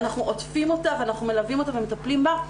ואנחנו עוטפים אותה ומלווים אותה ומטפלים בה,